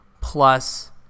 plus